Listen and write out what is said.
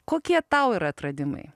kokie tau yra atradimai